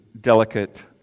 delicate